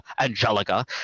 Angelica